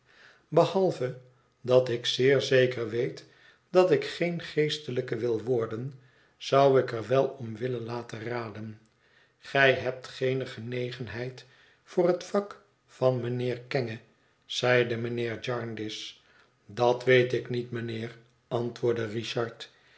behalve dat ik zeer zeker weet dat ik geen geestelijke wil worden zou ik er wel om willen laten raden gij hebt geene genegenheid voor het vak van mijnheer kenge zeide mijnhoer jarndyce bat weet ik niet mijnheer antwoordde richard